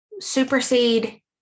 supersede